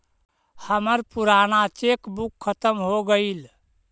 हमर पूराना cheque book खत्म हो गईल